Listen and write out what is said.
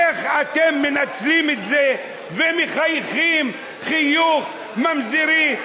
איך אתם מנצלים את זה ומחייכים חיוך ממזרי,